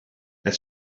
het